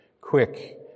quick